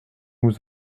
nous